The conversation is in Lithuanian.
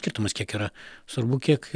skirtumas kiek yra svarbu kiek